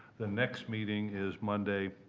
the next meeting is monday,